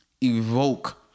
evoke